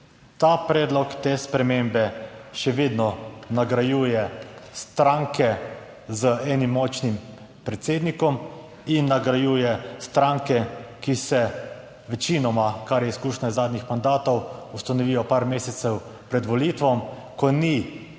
Ta predlog te spremembe še vedno nagrajuje stranke z enim močnim predsednikom in nagrajuje stranke, ki se večinoma, kar je izkušnja iz zadnjih mandatov, ustanovijo par mesecev pred volitvami, ko ni